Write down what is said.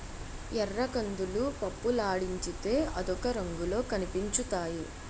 ఎర్రకందులు పప్పులాడించితే అదొక రంగులో కనిపించుతాయి